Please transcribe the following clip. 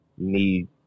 Need